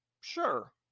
Sure